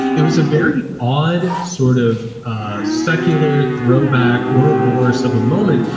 it was a very odd sort of ah secular throwback or a borrus of a moment.